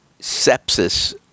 sepsis